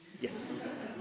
yes